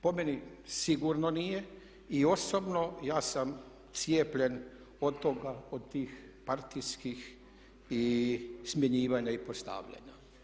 Po meni sigurno nije i osobno ja sam cijepljen od toga, od tih partijskih i smjenjivanja i postavljanja.